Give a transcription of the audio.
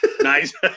nice